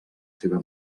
seva